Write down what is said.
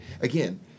again